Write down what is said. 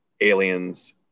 Aliens